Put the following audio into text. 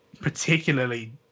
particularly